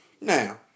now